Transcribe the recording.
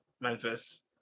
Memphis